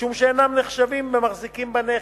משום שאינם נחשבים מחזיקים בנכס,